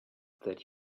that